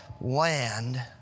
land